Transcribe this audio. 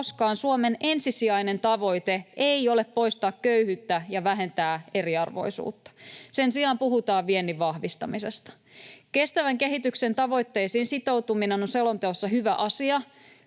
koskaan Suomen ensisijainen tavoite ei ole poistaa köyhyyttä ja vähentää eriarvoisuutta. Sen sijaan puhutaan viennin vahvistamisesta. Kestävän kehityksen tavoitteisiin sitoutuminen on selonteossa hyvä asia,